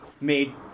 made